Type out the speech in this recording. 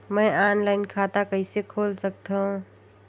मैं ऑनलाइन खाता कइसे खोल सकथव?